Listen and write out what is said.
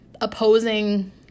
opposing